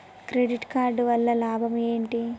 Credit card వల్ల లాభం ఏంటి?